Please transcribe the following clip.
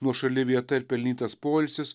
nuošali vieta ir pelnytas poilsis